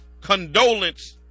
condolence